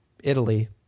Italy